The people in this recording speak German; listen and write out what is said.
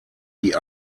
die